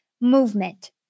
movement